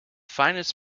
finest